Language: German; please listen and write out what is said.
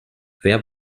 wer